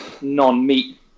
non-meat